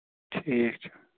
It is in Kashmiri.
ٹھیٖک چھُ